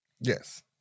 Yes